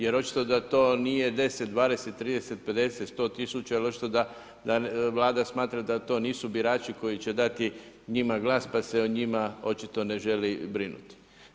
Jer očito da to nije 10, 20, 30, 50, 100 tisuća jer očito da Vlada smatra da to nisu birači koji će dati njima glas, pa se o njima očito ne želi brinuti.